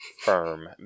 firm